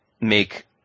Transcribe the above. make